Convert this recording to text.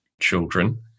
children